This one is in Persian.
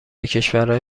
کشورهای